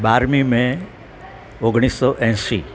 બારમી મે ઓગણીસસો એંસી